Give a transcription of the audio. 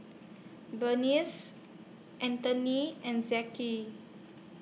Aaden Nee and